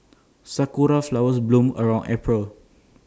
Sakura Flowers bloom around April